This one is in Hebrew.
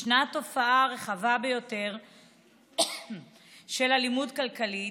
ישנה תופעה רחבה ביותר של אלימות כלכלית,